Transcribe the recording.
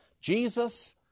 Jesus